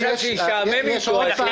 לשעבר.